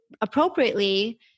appropriately